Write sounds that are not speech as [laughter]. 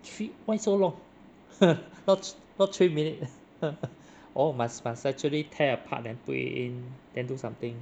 three why so long [laughs] not not three minutes [laughs] oh must must actually tear apart then put it in then do something